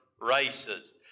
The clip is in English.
races